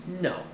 no